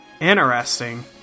Interesting